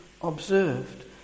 observed